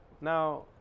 Now